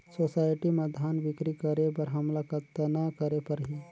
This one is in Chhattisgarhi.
सोसायटी म धान बिक्री करे बर हमला कतना करे परही?